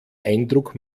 eindruck